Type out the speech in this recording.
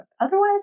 Otherwise